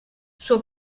suo